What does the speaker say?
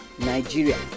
Nigeria